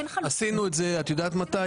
עשינו את זה, את יודעת מתי?